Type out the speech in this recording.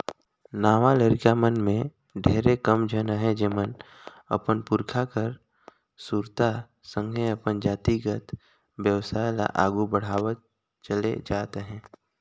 नावा लरिका मन में ढेरे कम झन अहें जेमन अपन पुरखा कर सुरता संघे अपन जातिगत बेवसाय ल आघु बढ़ावत चले जात अहें